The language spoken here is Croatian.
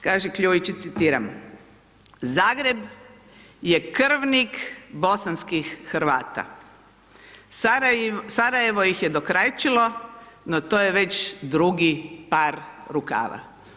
Kaže Kljujić i citiram, Zagreb je krvnik bosanskih Hrvata, Sarajevo ih je dokrajčilo, no to je već drugi par rukava.